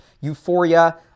euphoria